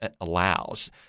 allows